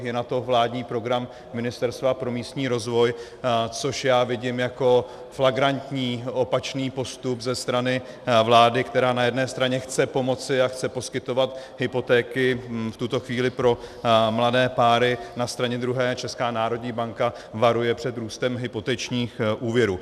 Je na to vládní program Ministerstva pro místní rozvoj, což já vidím jako flagrantní opačný postup ze strany vlády, která na jedné straně chce pomoci a chce poskytovat hypotéky v tuto chvíli pro mladé páry, na straně druhé Česká národní banka varuje před růstem hypotečních úvěrů.